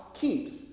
keeps